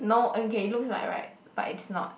no okay looks like right but it is not